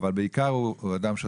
הוא בעיקר אבל